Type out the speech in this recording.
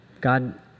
God